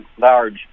large